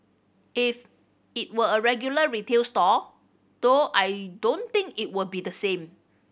if it were a regular retail store though I don't think it would be the same